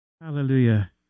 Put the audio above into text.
Hallelujah